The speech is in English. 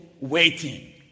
waiting